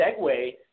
segue